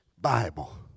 Bible